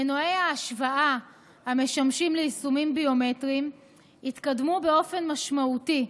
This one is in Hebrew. מנועי ההשוואה המשמשים ליישומים ביומטריים התקדמו באופן משמעותי,